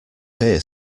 here